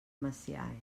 messiaen